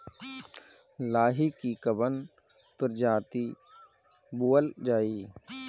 लाही की कवन प्रजाति बोअल जाई?